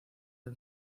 del